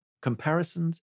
Comparisons